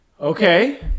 Okay